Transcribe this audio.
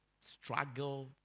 struggle